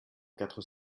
quatre